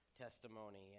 testimony